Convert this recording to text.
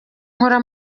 nkora